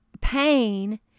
pain